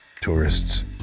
tourists